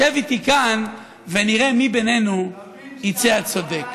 שב איתי כאן ונראה מי בינינו יצא הצודק.